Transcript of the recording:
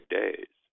days